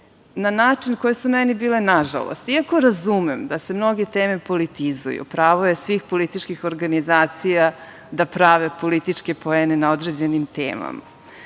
na način na koje su meni bile nažalost, iako razumem da se mnoge teme politizuju, pravo je svih političkih organizacija da prave političke poene na određenim temama,